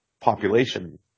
population